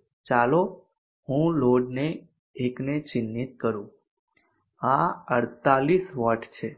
હવે ચાલો હું લોડ 1 ને ચિહ્નિત કરું આ 48 વોટ છે